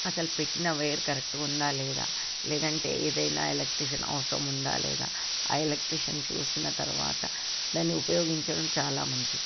అసలు పెట్టిన వైర్ కరెక్ట్గా ఉందా లేదా లేదంటే ఏదైనా ఎలక్ట్రిషన్ అవసరం ఉందా లేదా ఆ ఎలక్ట్రిషన్ చూసిన తరువాత దాన్ని ఉపయోగించడం చాలా మంచిది